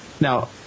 Now